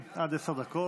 בבקשה, אדוני, עד עשר דקות.